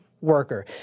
worker